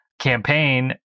campaign